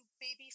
baby